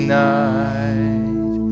night